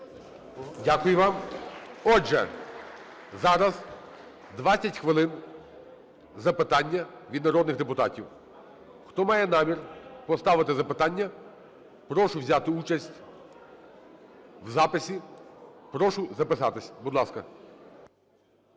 Дякую вам. Отже, зараз 20 хвилин – запитання від народних депутатів. Хто має намір поставити запитання, прошу взяти участь в записі. Прошу записатись. Будь ласка.